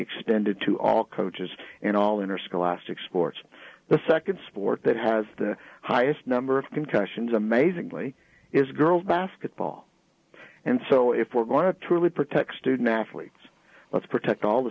extended to all coaches in all interscholastic sports the second sport that has the highest number of concussions amazingly is girls basketball and so if we're going to truly protect student athletes let's protect all the